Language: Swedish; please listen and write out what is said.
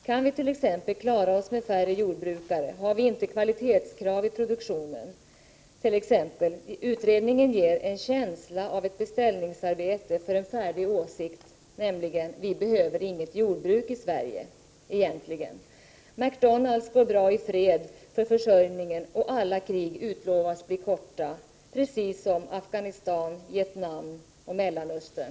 Kan vi tillexempel klara oss med färre jordbrukare, har vi inte kvalitékrav i produktionen etc — utredningen ger en känsla av beställningsarbete för en färdig åsikt: vi behöver inget jordbruk i Sverige — egentligen. McDonalds går bra i fred för försörjningen och alla krig utlovas bli korta. Precis som i Afghanistan, Vietnam och Mellanöstern.”